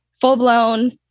full-blown